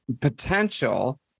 potential